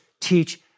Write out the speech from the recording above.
teach